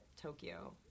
Tokyo